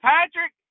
Patrick